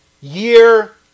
year